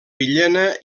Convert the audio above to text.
villena